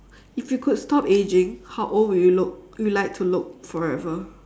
if you could stop ageing how old would you look would like to look forever